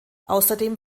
außerdem